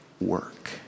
work